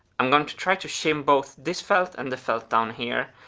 i'm going to try to shim both this felt and the felt down here,